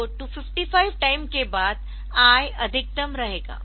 तो 255 टाइम के बाद I अधिकतम रहेगा